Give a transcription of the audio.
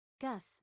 Gus